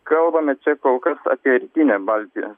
kalbame čia kol kas apie rytinę baltiją